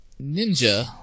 ninja